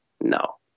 no